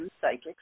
Psychics